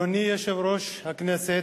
אדוני יושב-ראש הכנסת,